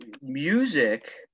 music